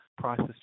prices